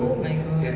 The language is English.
oh my god